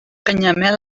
canyamel